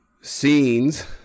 scenes